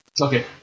Okay